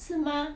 是吗